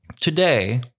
Today